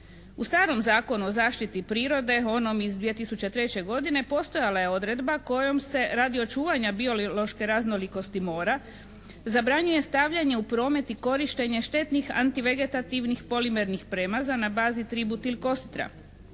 U starom Zakonu o zaštiti prirode, onom iz 2003. godine postojala je odredba kojom se radi očuvanja biološke raznolikosti mora zabranjuje stavljanje u promet i korištenje štetnih antivegetativnih polimernih premaza na bazi tributil kositra.